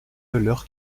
l’heure